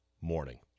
morning